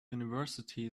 university